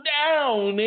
down